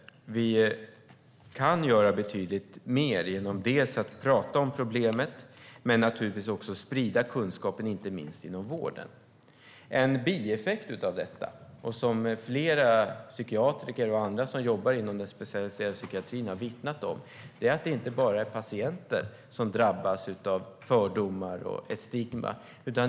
Vi kan göra betydligt mer genom att dels prata om problemet, dels sprida kunskapen inte minst inom vården. En bieffekt av detta som flera psykiatriker och andra som jobbar inom den specialiserade psykiatrin har vittnat om är att det inte bara är patienter som drabbas av fördomar och ett stigma.